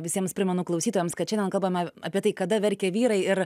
visiems primenu klausytojams kad šiandien kalbame apie tai kada verkia vyrai ir